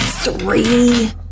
three